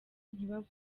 ntibabone